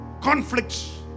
conflicts